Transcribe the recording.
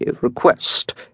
request